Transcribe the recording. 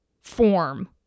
form